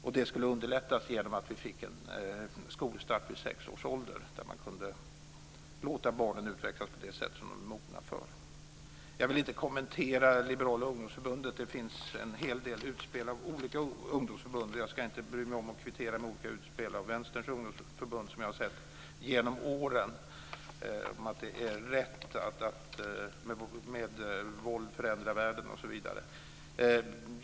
Detta skulle underlättas genom en skolstart vid sex års ålder då man kunde låta barnen utvecklas på det sätt som de är mogna för. Jag vill inte kommentera Liberala ungdomsförbundet. Det finns en hel del utspel av olika ungdomsförbund, och jag ska inte bry mig om att kvittera med olika utspel av Vänsterns ungdomsförbund som jag har sett genom åren. De har gällt att det är rätt att med våld förändra världen osv.